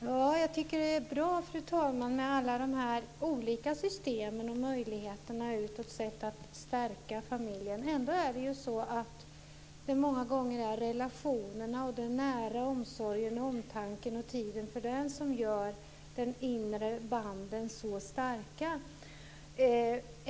Fru talman! Jag tycker att det är bra med alla de olika systemen och möjligheterna att utåt sett stärka familjen. Ändå är det många gånger relationerna och tiden för den nära omsorgen och omtanken som gör de inre banden så starka.